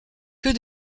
que